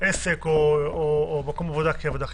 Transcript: עסק או מקום עבודה כעבודה חיונית?